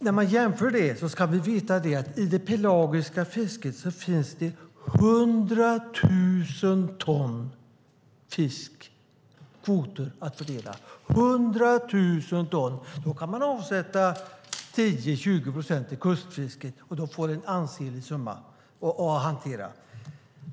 När man jämför detta ska man veta att i det pelagiska fisket finns det kvoter på 100 000 ton fisk att för fördela. Då kan man avsätta 10-20 procent till kustfisket, som då får en ansenlig summa att hantera.